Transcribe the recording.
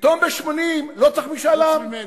פתאום ב-80 לא צריך משאל עם, חוץ ממני.